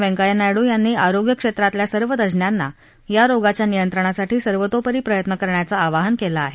व्यंकय्या नायडू यांनी आरोग्य क्षेत्रातल्या सर्व तज्ज्ञांना या रोगाच्या नियंत्रणासाठी सर्वतोपरी प्रयत्न करण्याचं आवाहन केलं आहे